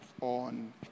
on